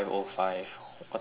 what time is yours